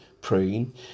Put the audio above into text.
praying